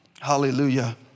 Hallelujah